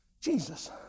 Jesus